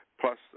plus